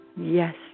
Yes